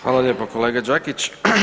Hvala lijepo kolega Đakić.